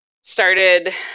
started